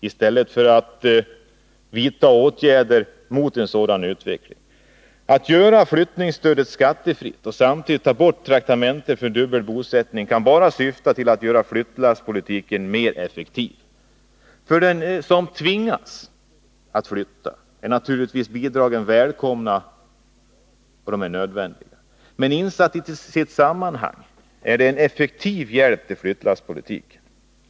I stället bör åtgärder vidtas mot en sådan utveckling. Att göra flyttningsstödet skattefritt och samtidigt ta bort traktamenten för dubbel bosättning kan bara syfta till att göra flyttlasspolitiken mer effektiv. För den som tvingas flytta är naturligtvis bidragen välkomna och nödvändiga, men insatta i sitt sammanhang är de en effektiv hjälp i flyttlasspolitiken.